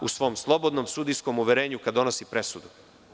U svom slobodnom sudijskom uverenju, kada donosi presudu.